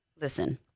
Listen